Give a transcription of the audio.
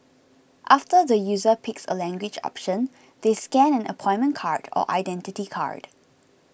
after the user picks a language option they scan an appointment card or Identity Card